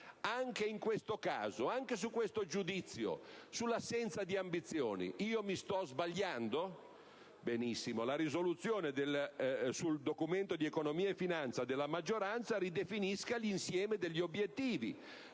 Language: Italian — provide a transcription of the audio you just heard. Anche in questo caso, anche su questo giudizio, sull'assenza di ambizioni mi sto sbagliando? Bene, allora, la risoluzione sul Documento di economia e finanza della maggioranza ridefinisca l'insieme degli obiettivi